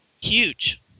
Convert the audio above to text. huge